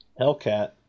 hellcat